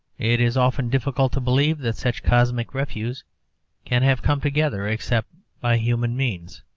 it is often difficult to believe that such cosmic refuse can have come together except by human means.